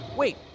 Wait